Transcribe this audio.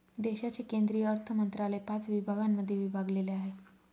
देशाचे केंद्रीय अर्थमंत्रालय पाच विभागांमध्ये विभागलेले आहे